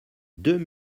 deux